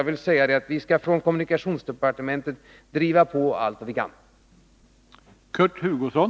Vi skall från kommunikationsdepartementet driva på frågan allt vad vi kan.